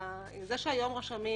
העובדה שהיום רשמים,